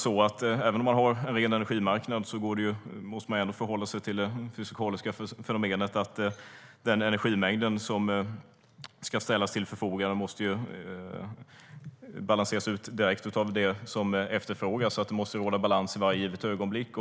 Även om man har en ren energimarknad måste man förhålla sig till det fysikaliska fenomenet att den energimängd som ska ställas till förfogande måste balanseras direkt av det som efterfrågas. Det måste finnas balans i varje givet ögonblick.